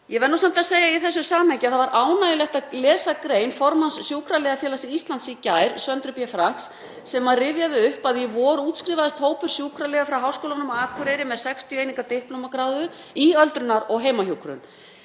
Ég verð nú samt að segja í þessu samhengi að það var ánægjulegt að lesa grein formanns Sjúkraliðafélags Íslands í gær, Söndru B. Franks, sem rifjaði upp að í vor útskrifaðist hópur sjúkraliða frá Háskólanum á Akureyri með 60 eininga diplómagráðu í öldrunar- og heimahjúkrun,